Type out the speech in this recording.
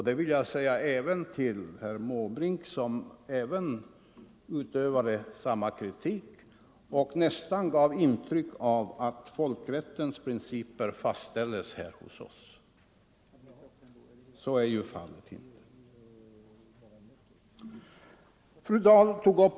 Det vill jag även säga till herr Måbrink, som också framförde samma kritik — vad han sade gav nästan intrycket att folkrättens principer fastställs här hos oss. Så är ju inte fallet.